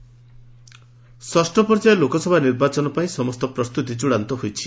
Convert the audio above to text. polling ଷଷ୍ଠ ପର୍ଯ୍ୟାୟ ଲୋକସଭା ନିର୍ବାଚନ ପାଇଁ ସମସ୍ତ ପ୍ରସ୍ତୁତି ଚୃଡ଼ାନ୍ତ ହୋଇଛି